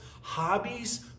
hobbies